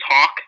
talk